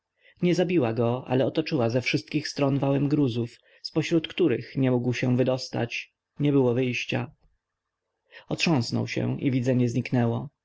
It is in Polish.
nie zabiła go ale otoczyła ze wszystkich stron wałem gruzów zpośród których nie mógł się wydostać nie było wyjścia otrząsnął się i widzenie znikło